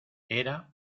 era